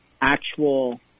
actual